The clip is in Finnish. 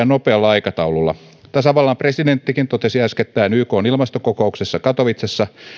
nopealla aikataululla tasavallan presidenttikin totesi äskettäin ykn ilmastokokouksessa katowicessa